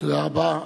תודה רבה.